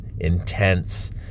intense